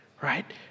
Right